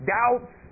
doubts